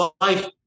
life